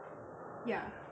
ya